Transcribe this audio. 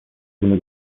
تونی